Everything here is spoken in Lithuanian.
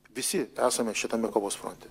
visi esame šitame kovos fronte